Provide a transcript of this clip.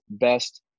best